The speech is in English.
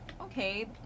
Okay